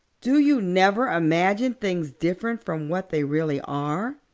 do you never imagine things different from what they really are?